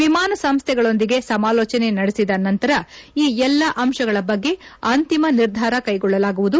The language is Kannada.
ವಿಮಾನ ಸಂಸ್ಥೆಗಳೊಂದಿಗೆ ಸಮಾಲೋಜನೆ ನಡೆಸಿದ ನಂತರ ಈ ಎಲ್ಲಾ ಅಂಶಗಳ ಬಗ್ಗೆ ಅಂತಿಮ ನಿರ್ಧಾರ ಕೈಗೊಳ್ಳಲಾಗುವುದು